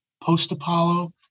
post-Apollo